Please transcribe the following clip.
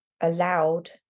allowed